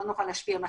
לא נוכל להשפיע,